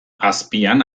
azpian